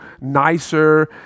nicer